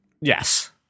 Yes